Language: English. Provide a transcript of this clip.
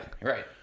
Right